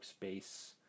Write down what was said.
workspace